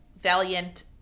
valiant